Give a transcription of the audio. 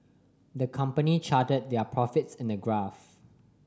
the company charted their profits in a graph